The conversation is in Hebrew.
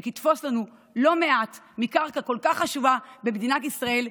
שתתפוס לנו לא מעט מקרקע כל כך חשובה במדינת ישראל,